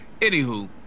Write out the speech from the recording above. anywho